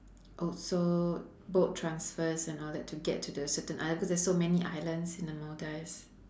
also boat transfers and all that to get to the certain isl~ because there's so many islands in the maldives